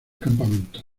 campamento